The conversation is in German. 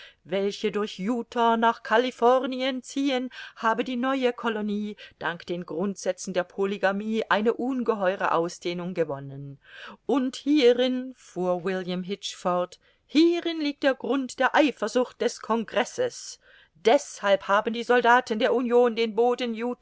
welche durch utah nach californien ziehen habe die neue colonie dank den grundsätzen der polygamie eine ungeheure ausdehnung gewonnen und hierin fuhr william hitch fort hierin liegt der grund der eifersucht des congresses deshalb haben die soldaten der union den